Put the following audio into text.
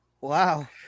wow